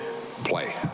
play